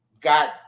got